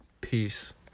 Peace